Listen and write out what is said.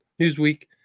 Newsweek